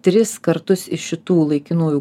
tris kartus iš šitų laikinųjų